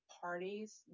parties